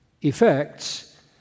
effects